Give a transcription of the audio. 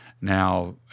Now